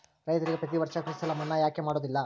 ರೈತರಿಗೆ ಪ್ರತಿ ವರ್ಷ ಕೃಷಿ ಸಾಲ ಮನ್ನಾ ಯಾಕೆ ಮಾಡೋದಿಲ್ಲ?